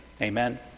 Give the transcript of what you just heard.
amen